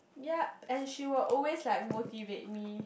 ya and she will always like motivate me